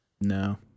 No